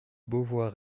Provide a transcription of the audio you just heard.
beauvoir